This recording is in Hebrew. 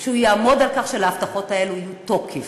שהוא יעמוד על כך שלהבטחות האלה יהיה תוקף.